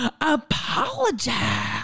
apologize